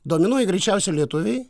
dominuoja greičiausiai lietuviai